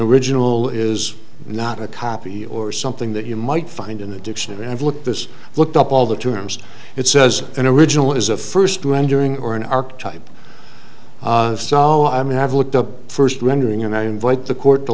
original is not a copy or something that you might find in the dictionary and look this looked up all the terms it says and original is a first to enduring or an archetypal so i mean i've looked up first rendering and i invite the court to